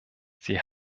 sie